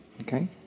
okay